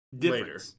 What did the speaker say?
later